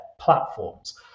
platforms